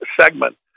segment